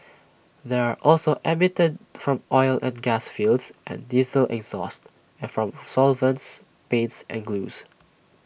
they are also emitted from oil and gas fields and diesel exhaust and from solvents paints and glues